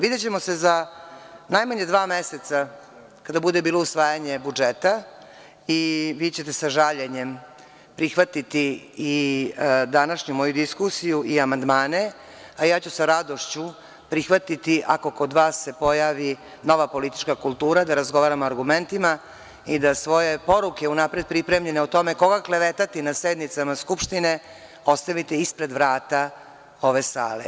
Videćemo se za najmanje dva meseca kada bude bilo usvajanje budžeta, i vi ćete sa žaljenjem prihvatiti i današnju moju diskusiju i amandmane, a ja ću sa radošću prihvatiti ako se kod vas pojavi nova politička kultura da razgovaramo argumentima i da svoje poruke unapred pripremljene o tome koga klevetati na sednicama Skupštine ostavite ispred vrata ove sale.